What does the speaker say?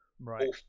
Right